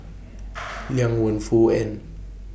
Liang Wenfu and